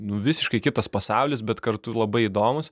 nu visiškai kitas pasaulis bet kartu ir labai įdomus